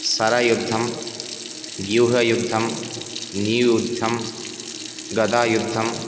सरयुद्धं व्यूहयुद्धं नीयुद्धं गदायुद्धं